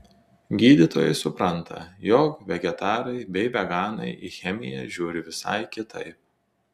gydytojai supranta jog vegetarai bei veganai į chemiją žiūri visai kitaip